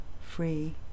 free